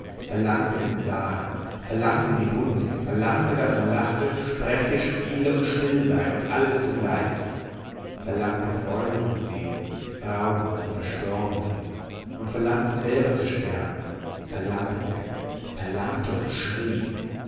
verlangte den saal verlangte die hunde verlangte daß man lache spreche spiele und still sei und alles zugleich verlangte freunde zu sehen frauen und verstorbene und verlangte selber zu sterben verlangte verlangte und schrie